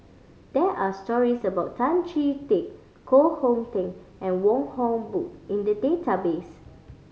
there are stories about Tan Chee Teck Koh Hong Teng and Wong Hock Boon in the database